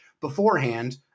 beforehand